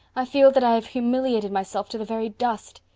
i feel that i have humiliated myself to the very dust.